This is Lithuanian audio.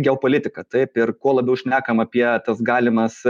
geopolitika taip ir kuo labiau šnekam apie tas galimas